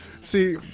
See